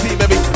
baby